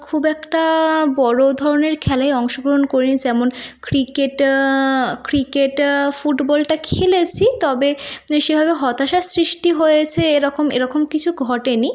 খুব একটা বড় ধরনের খেলায় অংশগ্রহণ করিনি যেমন ক্রিকেট ক্রিকেট ফুটবলটা খেলেছি তবে সেভাবে হতাশার সৃষ্টি হয়েছে এরকম এরকম কিছু ঘটেনি